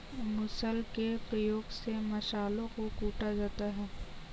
मुसल के प्रयोग से मसालों को कूटा जाता है